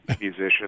musician